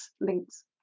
links